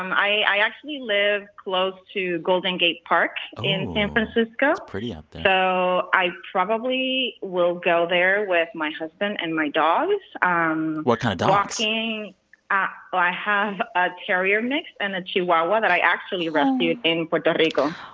um i i actually live close to golden gate park in san francisco. it's pretty out there. so i probably will go there with my husband and my dogs walking. ah um what kind of dogs? i i have a terrier mix and a chihuahua that i actually rescued in puerto rico